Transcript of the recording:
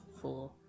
four